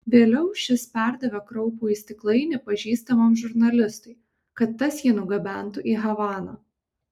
vėliau šis perdavė kraupųjį stiklainį pažįstamam žurnalistui kad tas jį nugabentų į havaną